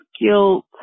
guilt